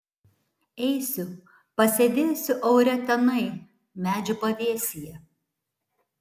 eisiu pasėdėsiu aure tenai medžių pavėsyje